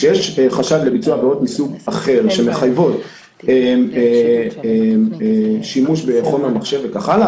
כשיש חשד לביצוע עבירות מסוג אחר שמחייבות שימוש בחומר מחשב וכן הלאה,